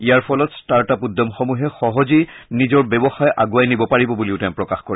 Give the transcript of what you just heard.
ইয়াৰ ফলত start up উদ্যমসমূহে সহজেই নিজৰ ব্যৱসায় আগুৱাই নিব পাৰিব বুলিও তেওঁ প্ৰকাশ কৰে